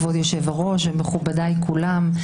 כבוד היושב-ראש ומכובדיי כולם,